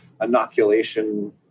inoculation